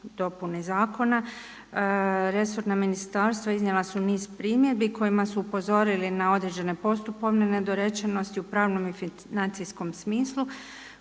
dopuni zakona resorna ministarstva iznijela su niz primjedbi kojima su upozorili na određene postupovne nedorečenosti u pravnom i financijskom smislu